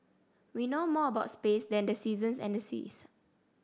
we know more about space than the seasons and the seas